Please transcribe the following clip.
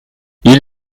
ils